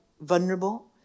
vulnerable